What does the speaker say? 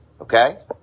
Okay